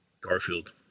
Garfield